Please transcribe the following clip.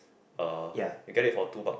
uh we get it for two bucks